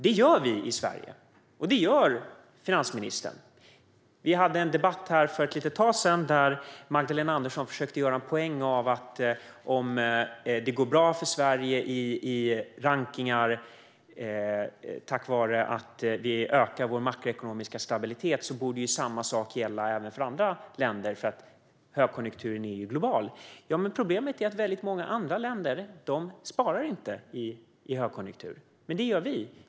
Det gör vi i Sverige, och det gör finansministern. Vi hade för ett litet tag sedan en debatt där Magdalena Andersson försökte göra en poäng av att om det går bra för Sverige i rankningar tack vare att vi ökar vår makroekonomiska stabilitet borde samma sak gälla även för andra länder - högkonjunkturen är ju global. Problemet är att många andra länder inte sparar under en högkonjunktur, men det gör vi.